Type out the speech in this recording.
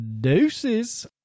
deuces